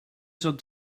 zat